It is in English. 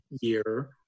year